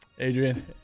Adrian